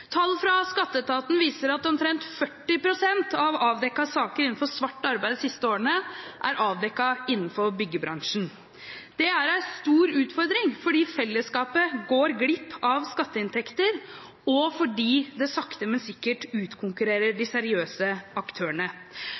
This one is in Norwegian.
Tall fra skatteetaten viser at omtrent 40 pst. av saker som gjelder svart arbeid de siste årene, er avdekket innenfor byggebransjen. Det er en stor utfordring fordi fellesskapet går glipp av skatteinntekter, og fordi det sakte, men sikkert utkonkurrerer de seriøse aktørene.